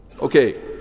Okay